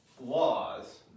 laws